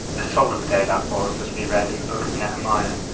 a solemn day that was, as we read in the book of nehemiah,